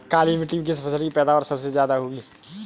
काली मिट्टी में किस फसल की पैदावार सबसे ज्यादा होगी?